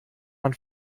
man